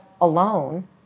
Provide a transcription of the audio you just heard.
alone